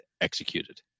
executed